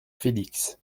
félix